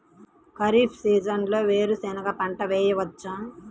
ఖరీఫ్ సీజన్లో వేరు శెనగ పంట వేయచ్చా?